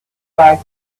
biked